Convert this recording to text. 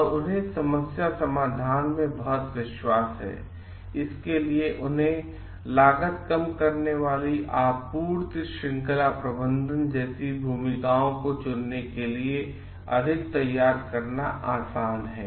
और उन्हें समस्या समाधान में बहुत विश्वास है इसके लिए उन्हें लागत कम करने वाली आपूर्ति श्रृंखला प्रबंधन जैसी भूमिकाओं को चुनने के लिए अधिक तैयार करना आसान है